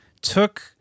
took